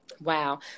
wow